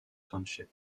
township